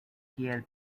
kiel